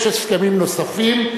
יש הסכמים נוספים?